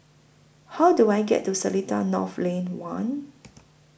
How Do I get to Seletar North Lane one